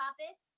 puppets